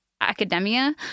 academia